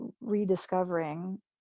rediscovering